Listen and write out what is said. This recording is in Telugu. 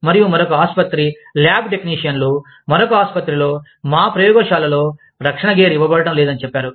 మరియు మరొక ఆసుపత్రి ల్యాబ్ టెక్నీషియన్లు మరొక ఆసుపత్రిలో మా ప్రయోగశాలలలో రక్షణ గేర్ ఇవ్వబడటం లేదని చెప్పారు